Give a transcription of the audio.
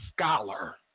scholar